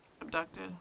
abducted